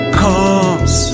comes